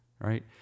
right